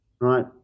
right